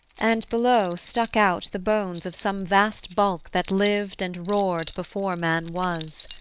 and, below, stuck out the bones of some vast bulk that lived and roared before man was.